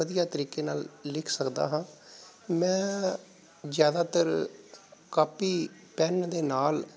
ਵਧੀਆ ਤਰੀਕੇ ਨਾਲ ਲਿਖ ਸਕਦਾ ਹਾਂ ਮੈਂ ਜ਼ਿਆਦਾਤਰ ਕਾਪੀ ਪੈਨ ਦੇ ਨਾਲ